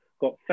got